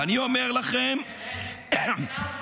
ואני אומר לכם -- אין עם פלסטיני.